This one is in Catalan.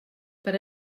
per